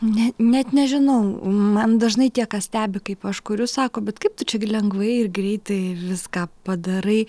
ne net nežinau man dažnai tie kas stebi kaip aš kuriu sako bet kaip tu čia gi lengvai ir greitai viską padarai